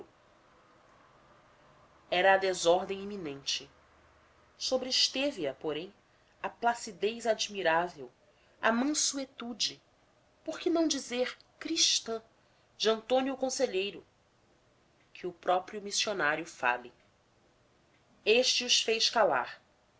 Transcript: a desordem iminente sobresteve a porém a placidez admirável a mansuetude por que não dizer cristã de antônio conselheiro que o próprio missionário fale este os fez calar